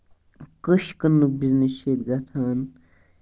کوٚش کٕننُک بِزنٮ۪س چھُ ییٚتہِ گژھان